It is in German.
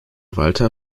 walter